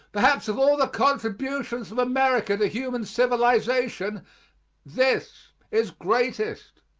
perhaps of all the contributions of america to human civilization this is greatest.